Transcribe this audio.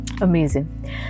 Amazing